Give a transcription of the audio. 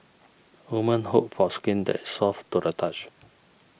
woman hope for skin that is soft to the touch